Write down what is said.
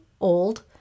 old